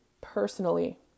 personally